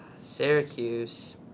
Syracuse